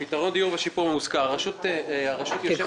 פתרון דיור ושיפור מושכר הרשות נמצאת